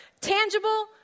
tangible